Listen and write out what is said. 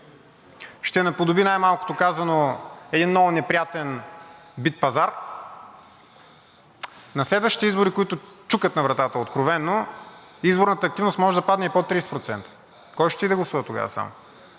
ще наподоби най-малкото казано един много неприятен битпазар, на следващите избори, които чукат на вратата, откровено изборната активност може да падне и под 30%. Кой ще отиде да гласува тогава само?